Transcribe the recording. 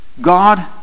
God